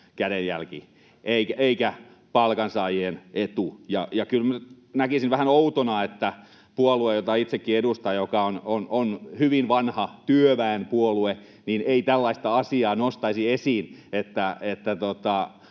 kädenjälki eikä palkansaajien etu. Kyllä näkisin vähän outona, että puolue, jota itsekin edustan ja joka on hyvin vanha työväenpuolue, ei tällaista asiaa nostaisi esiin,